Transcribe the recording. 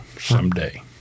someday